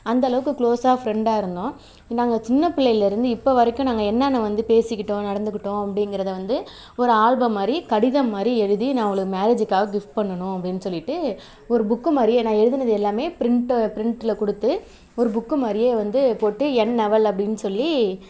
அந்தளவுக்கு குளோசாக ஃபிரெண்டாக இருந்தோம் நாங்கள் சின்னப் பிள்ளையிலேருந்து இப்போ வரைக்கும் நாங்கள் என்னென்ன பேசிக்கிட்டோம் நடந்துக்கிட்டோம் அப்படிங்கிறத வந்து ஒரு ஆல்பம் மாதிரி கடிதம் மாதிரி எழுதி நான் அவள் மேரேஜ்ஜுக்காக கிஃப்ட் பண்ணணும் அப்படினு சொல்லிட்டு ஒரு புக்கு மாதிரியே நான் எழுதுனது எல்லாமே பிரிண்ட்டை பிரிண்ட்டில் கொடுத்து ஒரு புக்கு மாதிரியே வந்து போட்டு என் அவள் அப்படின்னு சொல்லி